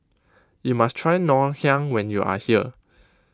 you must try Ngoh Hiang when you are here